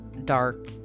dark